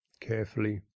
carefully